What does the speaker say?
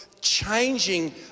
Changing